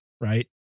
right